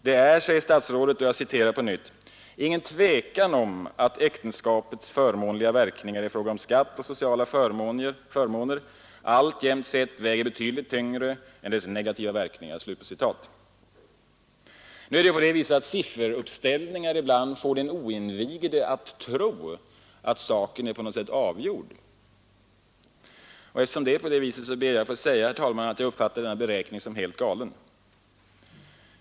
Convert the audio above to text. Det är, säger statsrådet, ”ingen tvekan om att äktenskapets förmånliga verkningar i fråga om skatt och sociala förmåner allmänt sett väger betydligt tyngre än dess negativa Eftersom sifferuppställningar ibland får den oinvigde att tro att saken är avgjord, ber jag att få säga, herr talman, att jag betraktar denna beräkning som alldeles galen.